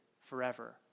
forever